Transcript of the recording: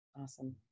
Awesome